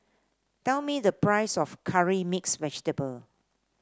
tell me the price of Curry Mixed Vegetable